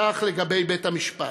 כך לגבי בית המשפט,